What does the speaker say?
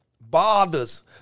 bothers